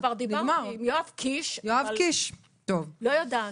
אני כבר דיברתי עם יואב קיש, אבל לא יודעת.